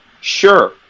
sure